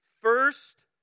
first